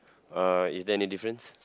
uh is there any difference